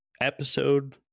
episode